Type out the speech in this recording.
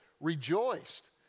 rejoiced